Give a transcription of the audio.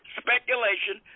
speculation